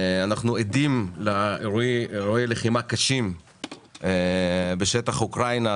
אנחנו עדים לאירועי לחימה קשים בשטח אוקראינה.